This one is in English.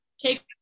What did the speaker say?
take